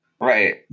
right